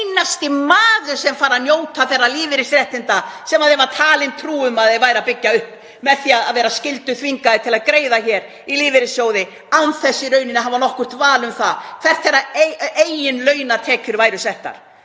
einasti maður sem fær að njóta þeirra lífeyrisréttinda sem mönnum var talin trú um að þeir væru að byggja upp með því að vera skylduþvingaðir til að greiða hér í lífeyrissjóði án þess í rauninni að hafa nokkurt val um það hvert þeirra eigin launatekjur væru settar.